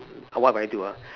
what would I do ah